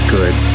Good